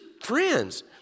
friends